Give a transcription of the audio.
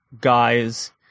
guys